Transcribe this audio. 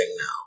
now